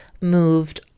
moved